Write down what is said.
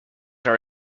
are